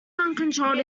uncontrolled